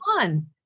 on